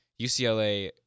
UCLA